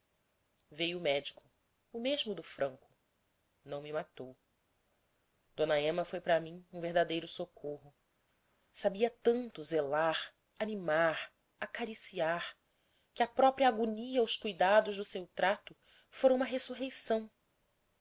o médico o mesmo do franco não me matou d ema foi para mim o verdadeiro socorro sabia tanto zelar animar acariciar que a própria agonia aos cuidados do seu trato fora uma ressurreição